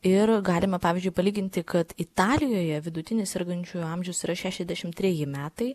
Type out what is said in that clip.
ir galima pavyzdžiui palyginti kad italijoje vidutinis sergančiųjų amžius yra šešiasdešimt treji metai